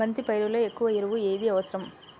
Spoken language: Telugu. బంతి పైరులో ఎక్కువ ఎరువు ఏది అవసరం?